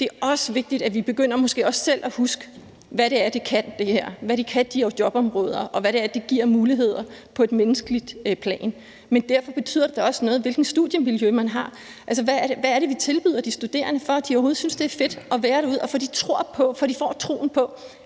Det er også vigtigt, at vi måske også selv begynder at huske, hvad det er, det her kan, hvad de jobområder kan, og hvad det er, det giver af muligheder på et menneskeligt plan. Men derfor betyder det da også noget, hvilket studiemiljø man har, altså hvad det er, vi tilbyder de studerende, for at de overhovedet synes, det er fedt at være derude, og for at de får troen på,